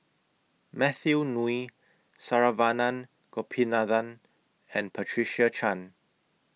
Matthew Ngui Saravanan Gopinathan and Patricia Chan